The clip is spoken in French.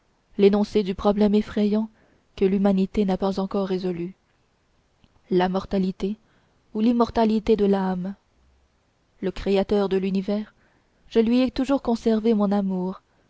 l'énoncé du problème effrayant que l'humanité n'a pas encore résolu la mortalité ou l'immortalité de l'âme le créateur de l'univers je lui ai toujours conservé mon amour